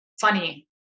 funny